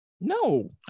No